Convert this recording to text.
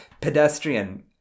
Pedestrian